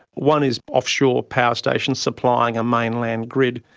one is offshore power stations supplying a mainland grid.